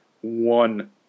one